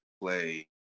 Play